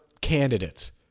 candidates